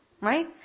Right